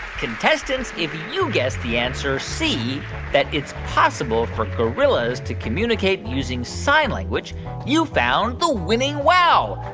contestants, if you guessed the answer c that it's possible for gorillas to communicate using sign language you found the winning wow.